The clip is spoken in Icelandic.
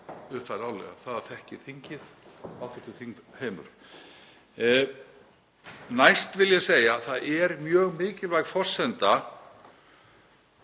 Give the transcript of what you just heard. Næst vil ég segja að það er mjög mikilvæg forsenda